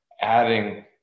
adding